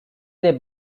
they